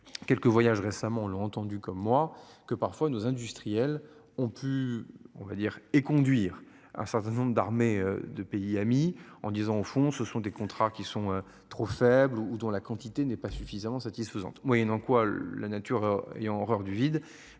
Quelques voyages récemment l'ont entendu comme moi que parfois nos industriels ont pu on va dire et conduire un certain nombre d'armées de pays amis en disant au fond ce sont des contrats qui sont trop faibles ou dont la quantité n'est pas suffisamment satisfaisantes,